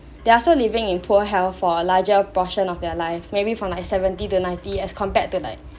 they are still living in poor health for a larger portion of their life maybe from like seventy to ninety as compared to like